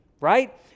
Right